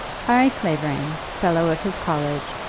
harry clavering, fellow of his college,